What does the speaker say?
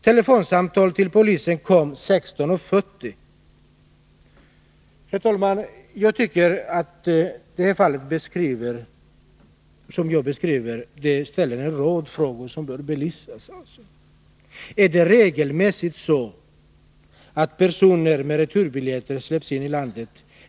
Telefonsamtalet till polisen kom kl. 16.40. Herr talman! Jag tycker att det fall som jag har beskrivit föranleder en rad frågor som bör belysas: Är det regelmässigt så att personer med returbiljetter släpps in i landet?